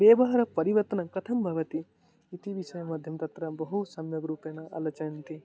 व्यवहारपरिवर्तनं कथं भवति इति विषयमाध्यमेन तत्र बहु सम्यग्रुपेण आलोचयन्ति